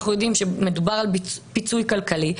אנחנו יודעים שמדובר על פיצוי כלכלי,